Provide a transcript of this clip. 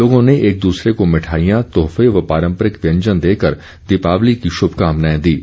लोगों ने एक दूसरे को मिठाईयां तोहफे व पारंपरिक व्यंजन देकर दीपावली की शुभकामनाएं दीं